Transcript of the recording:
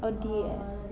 oh D_A_S